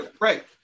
right